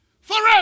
forever